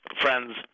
friends